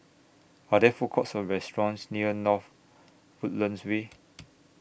Are There Food Courts Or restaurants near North Woodlands Way